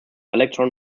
electron